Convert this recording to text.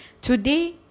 today